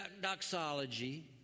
doxology